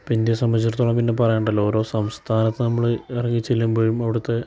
ഇപ്പം ഇന്ത്യയെ സംബന്ധിച്ചിടത്തോളം പിന്നെ പറയേണ്ടല്ലോ ഓരോ സംസ്ഥാനത്ത് നമ്മൾ ഇറങ്ങി ചെല്ലുമ്പോഴും അവിടുത്തെ